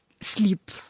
sleep